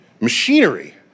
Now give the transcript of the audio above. machinery